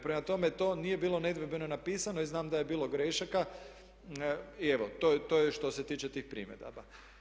Prema tome, to nije bilo nedvojbeno napisano i znam da je bilo grešaka i evo to je što se tiče tih primjedaba.